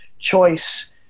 Choice